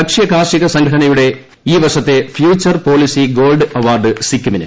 ഭക്ഷ്യ കാർഷിക് സംഘടനയുടെ ഈ വർഷത്തെ ഫ്യൂച്ചർ പോളിസി ഗോൾഡ് അവാർഡ് സിക്കിന്